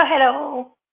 Hello